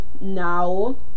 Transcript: now